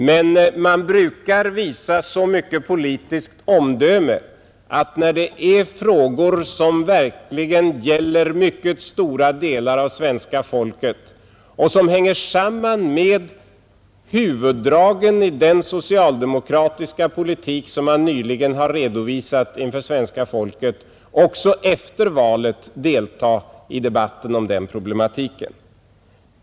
Men när det är frågor som verkligen gäller mycket stora delar av svenska folket och som hänger samman med huvuddragen i den socialdemokratiska politik, som nyligen har redovisats inför svenska folket, borde man visa så mycket politiskt omdöme att man också efter valet deltar i debatten om den problematiken.